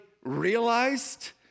realized